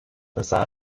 sah